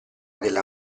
della